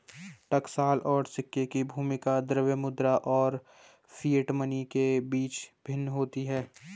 टकसाल और सिक्के की भूमिका द्रव्य मुद्रा और फिएट मनी के बीच भिन्न होती है